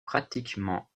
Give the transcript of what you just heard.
pratiquement